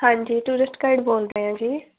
ਹਾਂਜੀ tourist guide ਬੋਲਦੇ ਹਾਂ ਜੀ